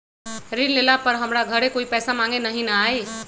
ऋण लेला पर हमरा घरे कोई पैसा मांगे नहीं न आई?